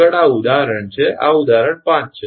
આગળ આ ઉદાહરણ છે આ ઉદાહરણ 5 છે